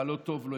מה לא טוב לו,